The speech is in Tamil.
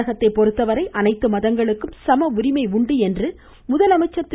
தமிழகத்தை பொறுத்தவரை அனைத்து மதங்களுக்கும் சம உரிமை உண்டு என்று முதலமைச்சர் திரு